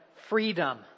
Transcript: Freedom